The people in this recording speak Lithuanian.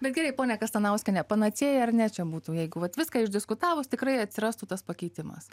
bet gerai ponia kastanauskiene panacėja ar ne čia būtų jeigu vat viską išdiskutavus tikrai atsirastų tas pakeitimas